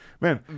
Man